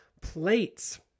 plates